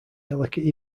delicate